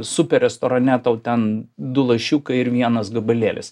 super restorane tau ten du lašiukai ir vienas gabalėlis